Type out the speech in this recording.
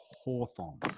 Hawthorne